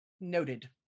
noted